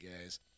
guys